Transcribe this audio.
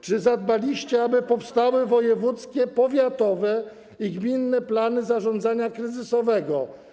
Czy zadbaliście o to, aby powstały wojewódzkie, powiatowe i gminne plany zarządzania kryzysowego?